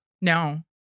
No